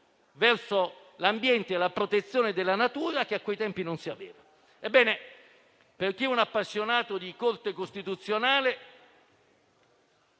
verso l'ambiente e la protezione della natura che a quei tempi non si avevano. Per chi è appassionato di Corte costituzionale,